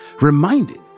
reminded